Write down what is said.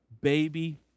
baby